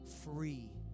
free